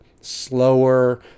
slower